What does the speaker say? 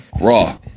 raw